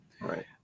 Right